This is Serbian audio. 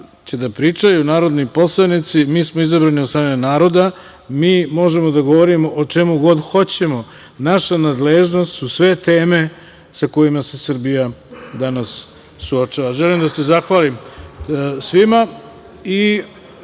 da pričaju narodni poslanici. Mi smo izabrani od strane naroda. Mi možemo da govorimo o čemu god hoćemo. Naša nadležnost su sve teme sa kojima se Srbija danas suočava. Želim da se zahvalim svima i